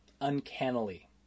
Uncannily